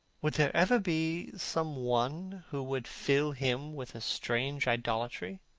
would there ever be some one who would fill him with a strange idolatry?